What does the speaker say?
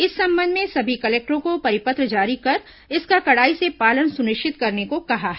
इस संबंध में सभी कलेक्टरों को परिपत्र जारी कर इसका कड़ाई से पालन सुनिश्चित करने को कहा है